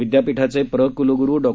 विद्यापीठाचे प्र कुलगुरू डॉ